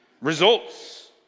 results